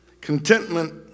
Contentment